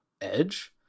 edge